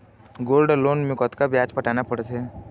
Gold loan मे कतका ब्याज पटाना पड़थे?